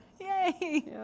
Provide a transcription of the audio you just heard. yay